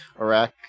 Iraq